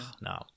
no